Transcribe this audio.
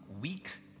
weeks